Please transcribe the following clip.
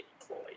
employed